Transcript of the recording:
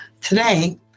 Today